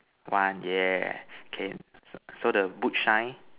one yeah okay so the boot shine